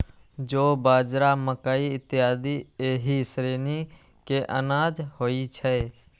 जौ, बाजरा, मकइ इत्यादि एहि श्रेणी के अनाज होइ छै